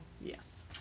Yes